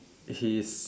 he's